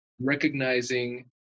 recognizing